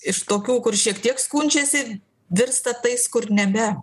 iš tokių kur šiek tiek skundžiasi virsta tais kur nebe